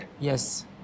Yes